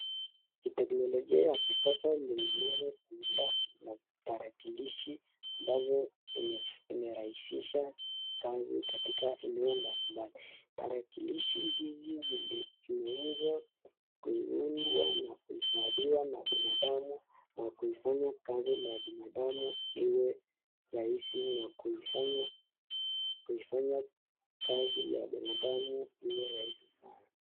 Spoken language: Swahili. Teknologia ya kisasa imeweza kuunda matalakishi ambazo imerahishisha kazi katika eneo mbalimbali, talakilishi hizi ziliweza kuundwa na kuhifadhiwa na binadamu, na kufanya kazi ya binadamu iwe rahisi na kuifanya kazi ya binadamu iwe rahisi sana.